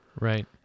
Right